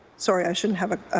sorry. i shouldn't have a